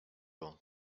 all